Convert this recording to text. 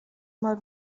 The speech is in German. mal